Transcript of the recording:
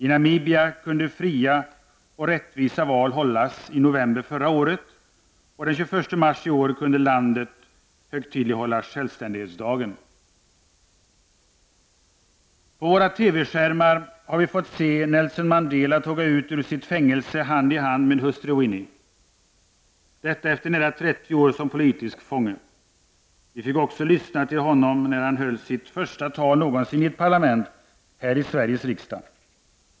I Namibia kunde fria och rättvisa val hållas i november förra året, och den 21 mars i år kunde landet högtidlighålla självständighetsdagen. På våra TV-skärmar har vi fått se Nelson Mandela tåga ut ur sitt fängelse hand i hand med sin hustru Winnie. Detta efter nära 30 år som politisk fånge. Vi fick också lyssna till honom när han höll sitt första tal någonsin i ett parlament här i Sveriges riksdag.